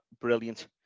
brilliant